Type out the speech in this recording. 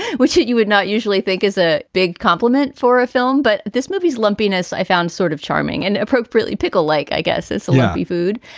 which you would not usually think is a big compliment for a film. but this movie's lumpiness i found sort of charming and appropriately pikul like i guess this would be food.